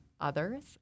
others